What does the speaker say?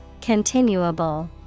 Continuable